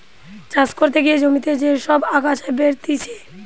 চাষ করতে গিয়ে জমিতে যে সব আগাছা বেরতিছে